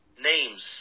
names